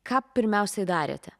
ką pirmiausiai darėte